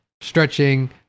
stretching